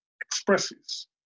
expresses